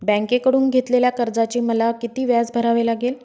बँकेकडून घेतलेल्या कर्जाचे मला किती व्याज भरावे लागेल?